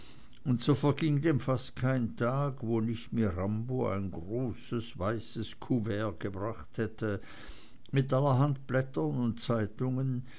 und so verging denn fast kein tag wo nicht mirambo ein großes weißes kuvert gebracht hätte mit allerhand blättern und zeitungen